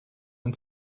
and